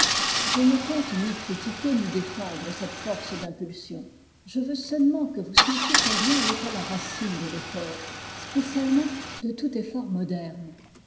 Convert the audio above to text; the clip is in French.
je ne compte ni critiquer ni défendre cette force d'impulsion je veux seulement que vous sentiez combien elle est à la racine de l'effort spécialement de tout effort moderne